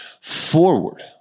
forward